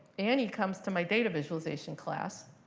annie comes to my data visualization class,